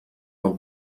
del